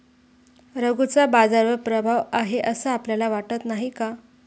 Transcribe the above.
रघूचा बाजारावर प्रभाव आहे असं आपल्याला वाटत नाही का?